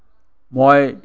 মই